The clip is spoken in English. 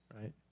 right